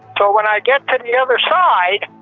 so when i get to the other side